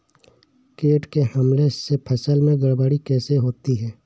कीट के हमले से फसल में गड़बड़ी कैसे होती है?